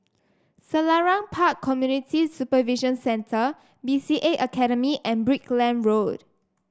Selarang Park Community Supervision Centre B C A Academy and Brickland Road